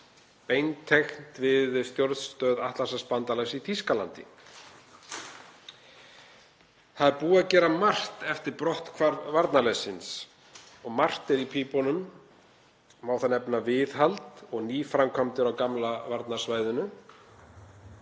beintengd við stjórnstöð Atlantshafsbandalagsins í Þýskalandi. Það er búið að gera margt eftir brotthvarf varnarliðsins og margt er í pípunum. Má þar nefna viðhald og nýframkvæmdir á gamla varnarsvæðinu